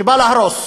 שבא להרוס.